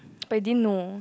but you didn't know